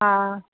हा